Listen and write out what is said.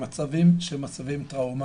במצבים שהם מצבים טראומתיים,